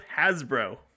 Hasbro